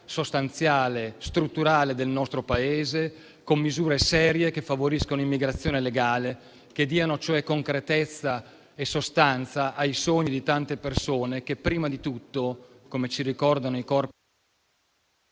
sostanziale e strutturale del nostro Paese, con misure serie che favoriscano l'immigrazione legale, che diano cioè concretezza e sostanza ai sogni di tante persone, che prima di tutto, come ci ricordano quei corpi,